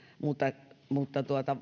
mutta